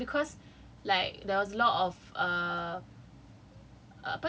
oh it supposed to be released now but then cause like there was a lot of uh